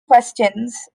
questions